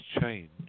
change